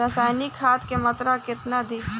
रसायनिक खाद के मात्रा केतना दी?